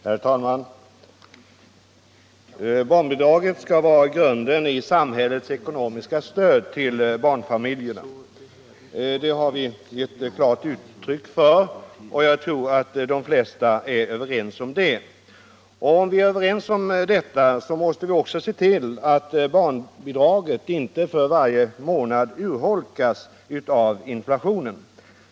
Herr talman! Barnbidraget skall utgöra grunden för samhällets ekonomiska stöd till barnfamiljerna. Det har riksdagen givit klart uttryck för. Om vi alla är överens om detta, måste vi också se till att barnbidraget inte för varje månad urholkas av inflationen.